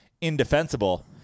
indefensible